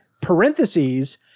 parentheses